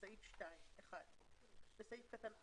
בסעיף 2 1. בסעיף קטן (א),